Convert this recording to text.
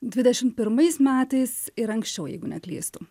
dvidešimt pirmais metais ir anksčiau jeigu neklystu